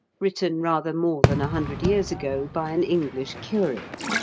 written rather more than a hundred years ago by an english curate.